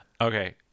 Okay